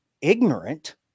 ignorant